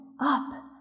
up